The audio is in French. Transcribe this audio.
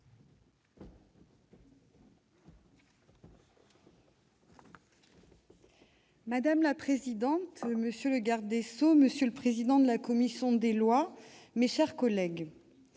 Madame la présidente, monsieur le garde des sceaux, monsieur le président de la commission des lois, mes chers collègues,